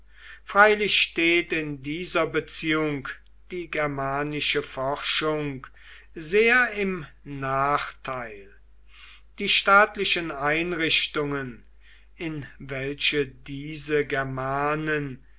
freilich steht in dieser beziehung die germanische forschung sehr im nachteil die staatlichen einrichtungen in welche diese germanen